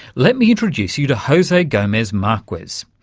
let me introduce you to jose gomez-marquez.